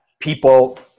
People